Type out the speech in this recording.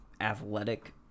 athletic